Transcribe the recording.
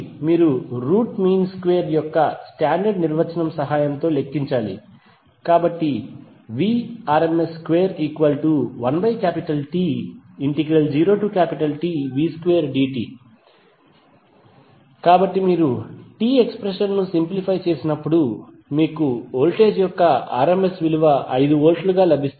మీరు root mean square యొక్క standard నిర్వచనం సహాయంతో లెక్కించాలి కాబట్టి Vrms21T0Tv2dt కాబట్టి మీరు టి ఎక్స్ప్రెషన్ ను సింప్లిఫై చేసినప్పుడు మీకు వోల్టేజ్ యొక్క rms విలువ 5 వోల్ట్లుగా లభిస్తుంది